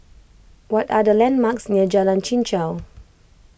what are the landmarks near Jalan Chichau